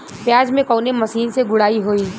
प्याज में कवने मशीन से गुड़ाई होई?